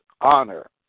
honor